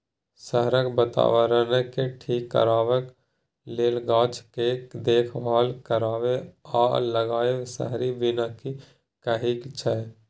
शहरक बाताबरणकेँ ठीक करबाक लेल गाछ केर देखभाल करब आ लगाएब शहरी बनिकी कहाइ छै